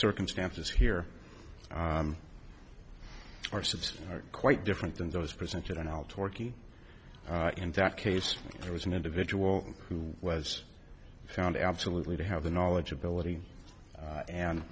circumstances here ourselves are quite different than those presented in al torquey and that case there was an individual who was found absolutely to have the knowledge ability and